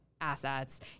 assets